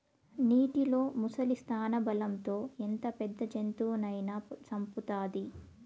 నీటిలో ముసలి స్థానబలం తో ఎంత పెద్ద జంతువునైనా సంపుతాది